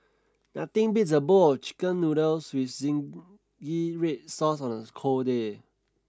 nothing beats a bowl of chicken noodles with zingy red sauce on a cold day